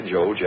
Joe